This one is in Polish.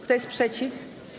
Kto jest przeciw?